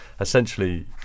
essentially